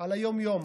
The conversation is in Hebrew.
על היום-יום.